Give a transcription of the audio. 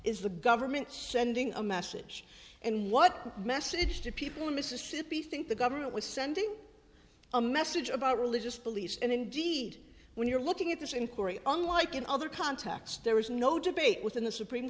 is the government sending a message and what message to people in mississippi think the government was sending a message about religious beliefs and indeed when you're looking at this inquiry unlike in other contexts there is no debate within the supreme